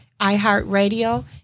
iHeartRadio